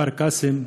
בכפר קאסם,